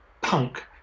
punk